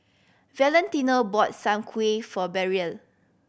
Valentino bought soon kway for Braelyn